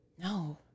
No